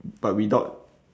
but without